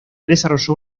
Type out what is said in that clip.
desarrolló